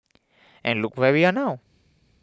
and look where we are now